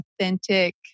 authentic